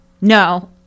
no